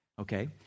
okay